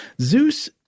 Zeus –